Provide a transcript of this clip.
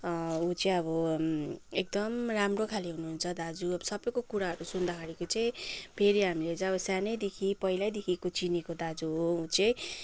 ऊ चाहिँ अब एकदम राम्रोखाले हुनुहुन्छ दाजु अब सबैको कुराहरू सुन्दाखेरिको चाहिँ फेरि हामीले चाहिँ सानैदेखि पहिल्यैदेखिको चिनेको दाजु हो ऊ चाहिँ